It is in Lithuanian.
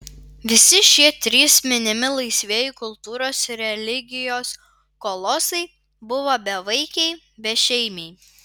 visi šie trys minimi laisvieji kultūros ir religijos kolosai buvo bevaikiai bešeimiai